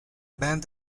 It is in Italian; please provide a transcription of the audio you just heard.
band